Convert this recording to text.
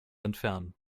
entfernen